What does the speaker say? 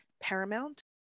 paramount